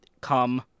come